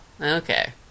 okay